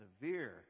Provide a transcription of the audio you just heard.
severe